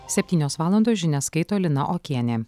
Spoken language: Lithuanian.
septynios valandos žinias skaito lina okienė